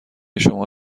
شما